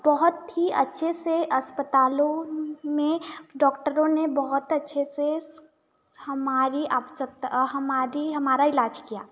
बहुत ही अच्छे से अस्पतालों में डॉक्टरों ने बहुत अच्छे से हमारी आप सप्त हमारी हमारा इलाज किया